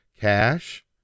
cash